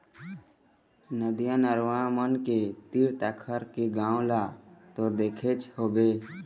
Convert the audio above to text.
नदिया, नरूवा मन के तीर तखार के गाँव ल तो देखेच होबे